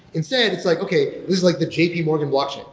instead it's like, okay, this is like the j p. morgan blockchain,